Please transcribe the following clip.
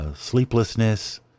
sleeplessness